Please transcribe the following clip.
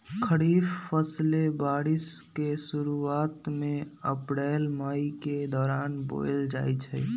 खरीफ फसलें बारिश के शुरूवात में अप्रैल मई के दौरान बोयल जाई छई